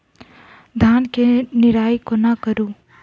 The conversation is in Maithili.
धान केँ निराई कोना करु?